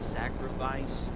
sacrifice